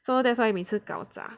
so that's why 每次搞砸